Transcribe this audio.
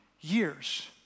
years